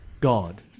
God